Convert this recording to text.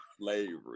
slavery